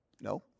No